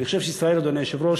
אני חושב שישראל, אדוני היושב-ראש,